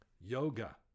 Yoga